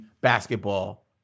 basketball